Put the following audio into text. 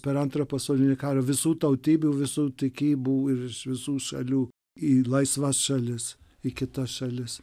per antrą pasaulinį karą visų tautybių visų tikybų ir iš visų šalių į laisvas šalis į kitas šalis